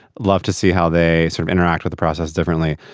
love to see how they sort of interact with the process differently.